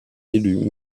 élu